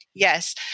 Yes